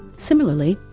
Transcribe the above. similarly,